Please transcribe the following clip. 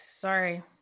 Sorry